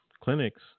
clinics